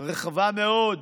רחבה מאוד